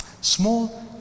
Small